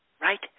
Right